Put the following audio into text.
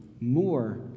more